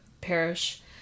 parish